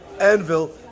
anvil